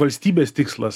valstybės tikslas